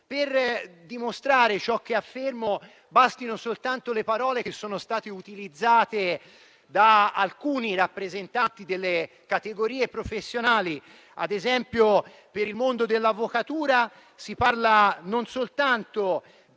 Per dimostrare ciò che affermo, bastino soltanto le parole utilizzate da alcuni rappresentanti delle categorie professionali. Ad esempio, per il mondo dell'avvocatura si parla non soltanto del